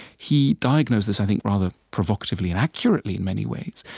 he diagnoses, i think, rather provocatively and accurately in many ways,